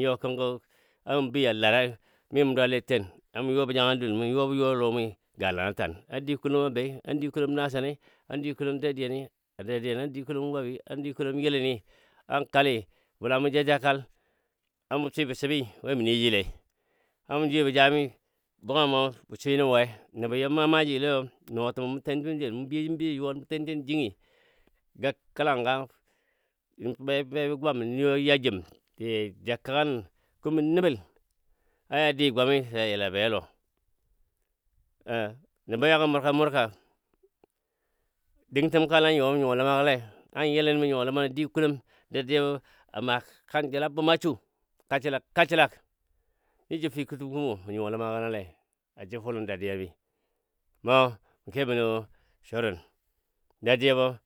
you kənkɔ a bei a lara mi mu dwalle ten na yuwobɔ jangai a dəl mɔ yuwo bɔ yuwoi a lɔmɔi galana tan a dikulomɔ a be a dikulɔ nasanai na dikulɔm dadiyani a dadiyan, dikulom wabɨɨ a dikulom yilənni, an kalli bula mɔ ja ja kal swibɔ shibi we mu nəji lei. a mɔ jwiyo bɔ jami bugemo mu swi nə we? nəbɔ you ma maaji gəle yo nɔɔtəm mɔ biyojim biyo yuwal mɔ tenjim jingi gakəlanga be gwam ba yajim sija ja kəga nən kumɔ nəbəl a ja di gwami səja yila ja be lɔ nəbɔ yagə murka murka dəng təm kalɔ an you mə nyuwa ləmagə le a yilən mɔ nyuwa ləma dikulom dadiyabɔ a maa kanjəla bumma su kasəlag kasəlag mije fikotəmwo mə nyuwa ləmagənə le. a jəfulən dadiyabi mɔ kebɔ nə surin dadiyabɔ.